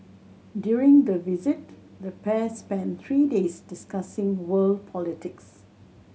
during the visit the pair spent three days discussing world politics